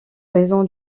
raison